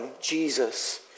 Jesus